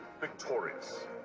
victorious